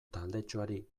taldetxoari